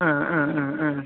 ആ ആ ആ ആ